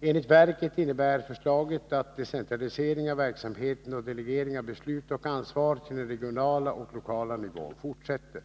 Enligt verket innebär förslaget att decentraliseringen av verksamheten och delegeringen av beslut och ansvar till den regionala och lokala nivån fortsätter.